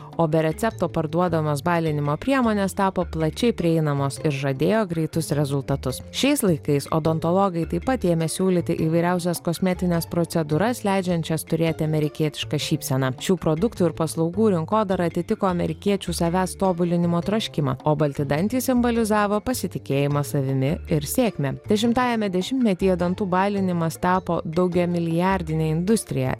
o be recepto parduodamos balinimo priemonės tapo plačiai prieinamos ir žadėjo greitus rezultatus šiais laikais odontologai taip pat ėmė siūlyti įvairiausias kosmetines procedūras leidžiančias turėti amerikietišką šypseną šių produktų ir paslaugų rinkodarą atitiko amerikiečių savęs tobulinimo troškimą o balti dantys simbolizavo pasitikėjimą savimi ir sėkmę dešimtajame dešimtmetyje dantų balinimas tapo daugiamilijardine industrija